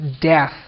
death